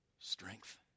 strength